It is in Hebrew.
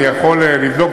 אני יכול לבדוק,